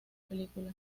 película